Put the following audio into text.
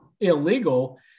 illegal